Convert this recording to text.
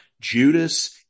Judas